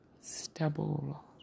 stubble